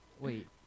Wait